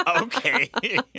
Okay